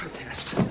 test.